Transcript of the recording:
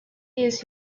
years